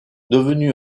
devenu